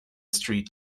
street